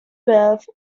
birth